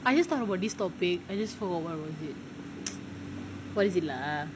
I just thought about this topic I just forgot what was it what is it lah